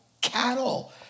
cattle